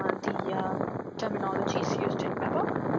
ah and yeah terminologies used in babok.